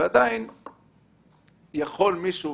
אבל עדיין יכול מישהו